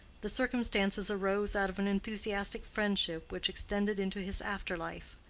the circumstances arose out of an enthusiastic friendship which extended into his after-life.